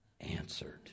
answered